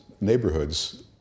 neighborhoods